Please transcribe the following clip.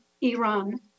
Iran